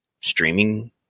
streaming